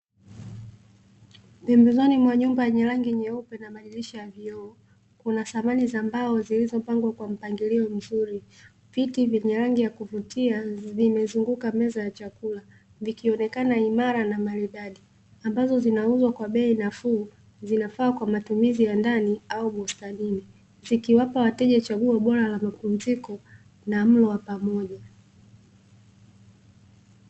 Pembezoni mwanyumba yenye rangi nyeupe na madirisha ya vioo, kuna samani za mbao zilizopangwa kwa mpangilio mzuri, viti vyenye rangi ya kuvutia vimezunguka meza ya chakula, vikionekana imara na maridadi ambazo zinauzwa kwa bei nafuu zina zinafaa kwa matumizi ya ndani au bustanini zikiwapa wateja chaguo bora la mapumziko na mlo wa pamoja.